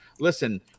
Listen